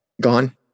Gone